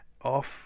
off